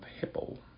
Hippo